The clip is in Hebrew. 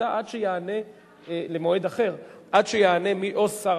אדוני היושב-ראש,